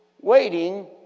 waiting